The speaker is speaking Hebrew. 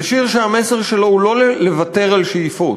זה שיר שהמסר שלו הוא לא לוותר על שאיפות,